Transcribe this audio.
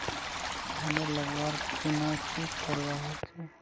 धानेर लगवार खुना की करवा होचे?